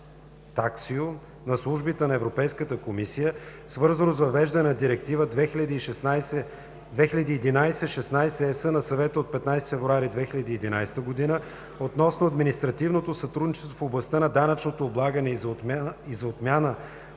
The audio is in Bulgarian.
на службите на Европейската комисия, свързано с въвеждане на Директива 2011/16/ЕС на Съвета от 15 февруари 2011 г. относно административното сътрудничество в областта на данъчното облагане и за отменяне